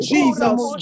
Jesus